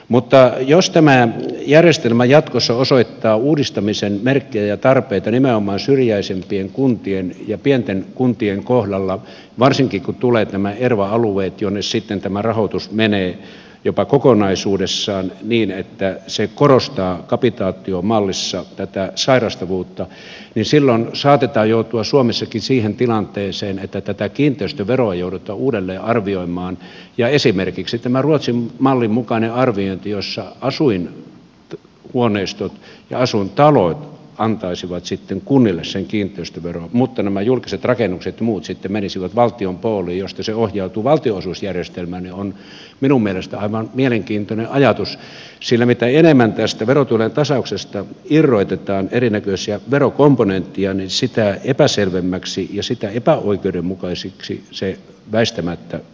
mutta jos tämä järjestelmä jatkossa osoittaa uudistamisen tarpeen merkkejä nimenomaan syrjäisempien kuntien ja pienten kuntien kohdalla varsinkin kun tulevat nämä erva alueet joille sitten tämä rahoitus menee jopa kokonaisuudessaan niin että se korostaa kapitaatiomallissa tätä sairastavuutta niin silloin saatetaan joutua suomessakin siihen tilanteeseen että tätä kiinteistöveroa joudutaan uudelleen arvioimaan ja esimerkiksi tämä ruotsin mallin mukainen arviointi jossa asuinhuoneistot ja asuintalot antaisivat sitten kunnille sen kiinteistöveron mutta nämä julkiset rakennukset ja muut sitten menisivät valtion pooliin josta se ohjautuu valtionosuusjärjestelmään on minun mielestäni aivan mielenkiintoinen ajatus sillä mitä enemmän tästä verotulojen tasauksesta irrotetaan erinäköisiä verokomponentteja niin sitä epäselvemmäksi ja epäoikeudenmukaisemmaksi se väistämättä tulee